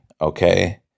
okay